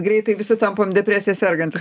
greitai visi tampam depresija sergantys